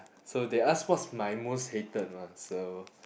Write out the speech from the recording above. so they ask what's my most hated one so